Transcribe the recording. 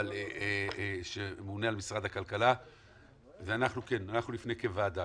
אבל שממונה על משרד הכלכלה ואנחנו נפנה כוועדה,